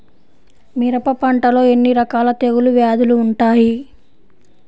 మిరప పంటలో ఎన్ని రకాల తెగులు వ్యాధులు వుంటాయి?